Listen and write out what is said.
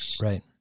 Right